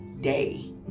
day